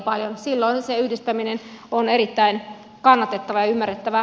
silloin se yhdistäminen on erittäin kannatettavaa ja ymmärrettävää